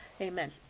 Amen